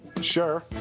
Sure